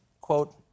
quote